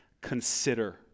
Consider